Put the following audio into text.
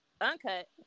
uncut